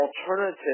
alternative